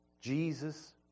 Jesus